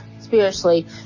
spiritually